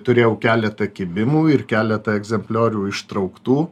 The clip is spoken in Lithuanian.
turėjau keletą kibimų ir keletą egzempliorių ištrauktų